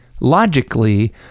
logically